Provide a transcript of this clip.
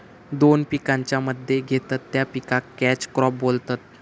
दोन पिकांच्या मध्ये घेतत त्या पिकाक कॅच क्रॉप बोलतत